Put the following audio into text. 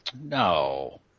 No